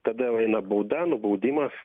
tada jau eina bauda nubaudimas